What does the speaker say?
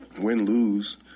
win-lose